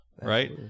right